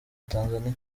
tanzania